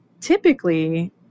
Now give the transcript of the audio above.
typically